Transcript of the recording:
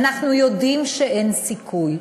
ואנחנו יודעים שאין סיכוי.